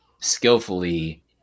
skillfully